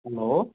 hello